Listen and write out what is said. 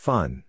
Fun